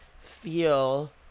feel